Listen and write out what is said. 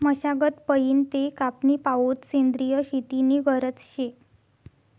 मशागत पयीन ते कापनी पावोत सेंद्रिय शेती नी गरज शे